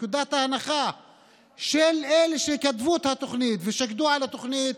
נקודת ההנחה של אלה שכתבו את התוכנית ושקדו על התוכנית,